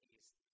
East